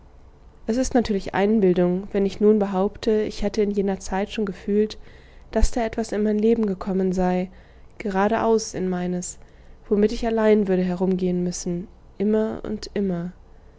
es ist natürlich einbildung wenn ich nun behaupte ich hätte in jener zeit schon gefühlt daß da etwas in mein leben gekommen sei geradeaus in meines womit ich allein würde herumgehen müssen immer und immer